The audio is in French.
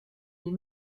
des